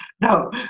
No